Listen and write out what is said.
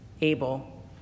Abel